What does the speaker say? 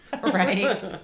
Right